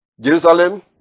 Jerusalem